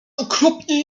okropnie